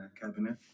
cabinet